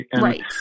Right